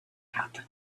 happen